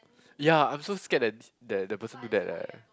ya I'm so scared that that their person do that leh